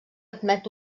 admet